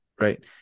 Right